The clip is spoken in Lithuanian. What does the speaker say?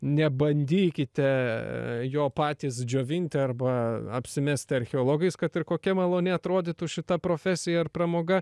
nebandykite jo patys džiovinti arba apsimesti archeologais kad ir kokia maloni atrodytų šita profesija ar pramoga